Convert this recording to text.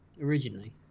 originally